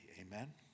Amen